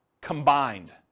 combined